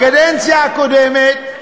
בקדנציה הקודמת,